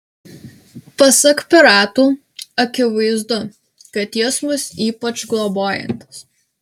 pasak piratų akivaizdu kad jis mus ypač globojantis